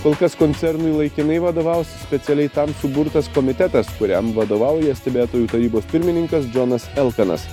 kol kas koncernui laikinai vadovaus specialiai tam suburtas komitetas kuriam vadovauja stebėtojų tarybos pirmininkas džonas elkanas